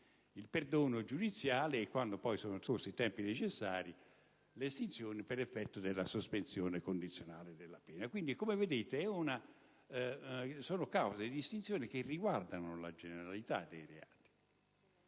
il perdono giudiziale e, quando poi sono trascorsi i tempi necessari, l'estinzione per effetto della sospensione condizionale della pena. Come vedete, si tratta di cause di estinzione che riguardano la generalità dei reati,